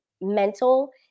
mental